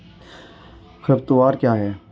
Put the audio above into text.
खरपतवार क्या है?